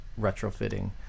retrofitting